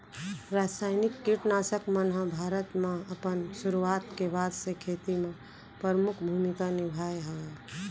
रासायनिक किट नाशक मन हा भारत मा अपन सुरुवात के बाद से खेती मा परमुख भूमिका निभाए हवे